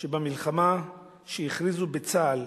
שבעקבות המלחמה שהכריזו בצה"ל